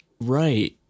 right